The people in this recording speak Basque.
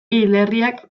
hilerriak